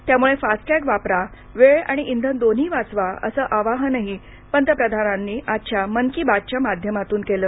त्यामुळे फास्टॅग वापरा वेळ आणि इंधन दोन्ही वाचवा असं आवाहनही पंतप्रधानांनी आज मन की बात च्या माध्यमातून केलं